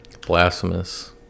Blasphemous